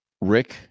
Rick